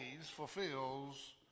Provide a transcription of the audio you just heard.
fulfills